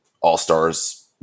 All-stars